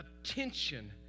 attention